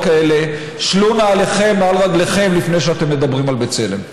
כאלה: שלו נעליכם מעל רגליכם לפני שאתם מדברים על בצלם.